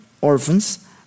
Orphans